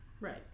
Right